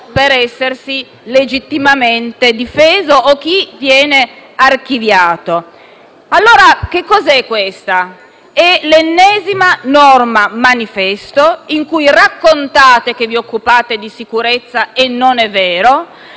per essersi legittimamente difeso o quando subentra l'archiviazione. Cos'è questa? È l'ennesima norma manifesto in cui raccontate che vi occupate di sicurezza (e non è vero);